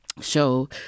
show